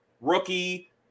rookie